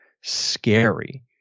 scary